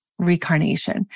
recarnation